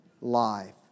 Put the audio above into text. life